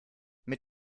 mit